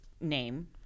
name